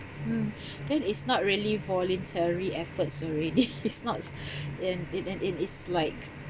mm then it's not really voluntary efforts already it's not and it and it it's like